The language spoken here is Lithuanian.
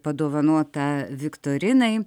padovanota viktorinai